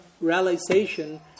realization